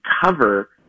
cover